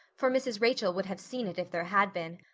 for mrs. rachel would have seen it if there had been.